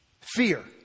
Fear